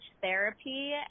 therapy